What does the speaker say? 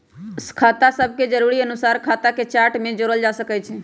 खता सभके जरुरी अनुसारे खता के चार्ट में जोड़ल जा सकइ छै